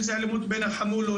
אם זו אלימות בין החמולות,